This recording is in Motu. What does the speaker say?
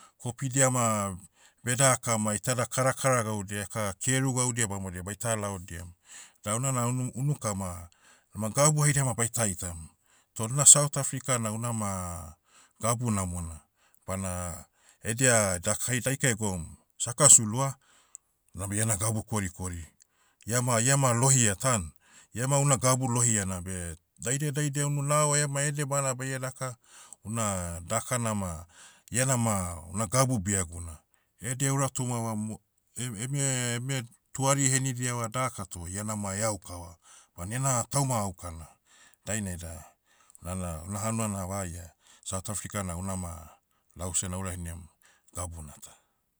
Kopidia ma, bedakam ma itada karakara gaudia eka keru gaudia bamodia baitaha laodiam. Da unana unu- unuka ma, ma gabu haida ma baita itam. Toh na south africa na unama, gabu namona, bana, edia, dak- hai daika egoum, saka sulu ah, unabe iena gabu korikori. Iama- iama lohia tan. Iama una gabu lohiana beh, daidia daidia unu nao ema ede bana baie daka, una, dakana ma, iena nama, una gabu biaguna. Ede eura tomava mo- e- eme- eme, tuari henidiava daka toh ianama eaukava, ban iana, tauma aukana. Dainai da, nana, una hanua na vaia, south africa na unama, lause naura heniam, gabuna ta.